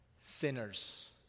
sinners